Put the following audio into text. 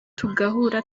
tugahura